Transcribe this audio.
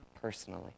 personally